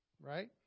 right